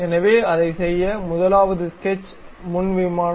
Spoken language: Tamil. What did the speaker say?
எனவே அதைச் செய்ய முதலாவது ஸ்கெட்ச் முன் தளம்